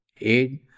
aid